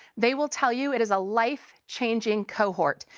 they will tell you it is a life-changing cohort.